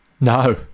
No